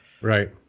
Right